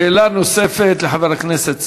שאלה נוספת לחבר הכנסת סמוטריץ.